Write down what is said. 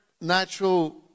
natural